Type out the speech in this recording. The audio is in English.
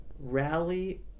rally